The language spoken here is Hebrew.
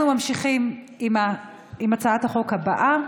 אנחנו ממשיכים עם הצעת החוק הבאה.